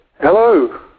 Hello